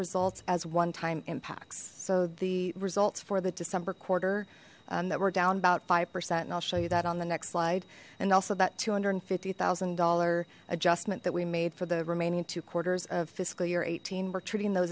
results as one time impacts so the results for the december quarter and that we're down about five percent and i'll show you that on the next slide and also that two hundred and fifty thousand dollars adjustment that we made for the remaining two quarters of fiscal year eighteen we're treating tho